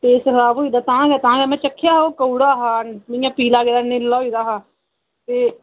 ते खराब होई गेदा तां गै तां गै मैं चक्खेआ हा ओह् कौड़ा हा इ'यां पीला गेदा नीला होई गेदा हा ते